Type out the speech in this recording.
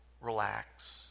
relax